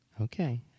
Okay